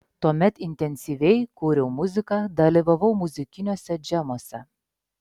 tuomet intensyviai kūriau muziką dalyvavau muzikiniuose džemuose